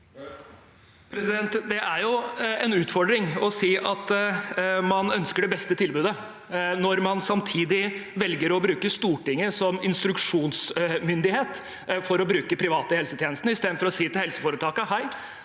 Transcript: Det er jo en utfordring å si at man ønsker det beste tilbudet, når man samtidig velger å bruke Stortinget som instruksjonsmyndighet for å bruke de private helsetjenestene, i stedet for å si til helseforetakene: